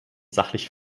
sachlich